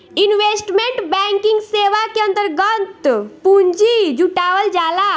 investment banking सेवा के अंतर्गत पूंजी जुटावल जाला